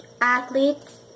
athletes